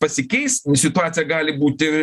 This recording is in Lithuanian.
pasikeis situacija gali būti